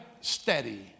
steady